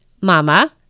mama